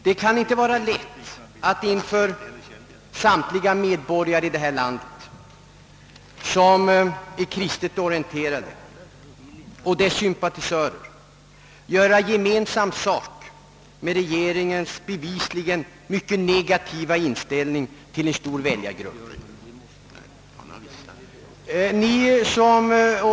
Det kan inte vara lätt att inför alla de medborgare i vårt land som är kristet orienterade och deras sympatisörer göra gemensam sak med regeringen, vilken bevisligen har en mycket negativ inställning till denna stora väljargrupp.